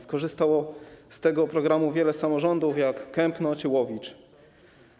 Skorzystało z tego programu wiele samorządów jak Kępno czy Łowicz.